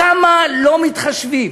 כמה לא מתחשבים?